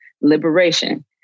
liberation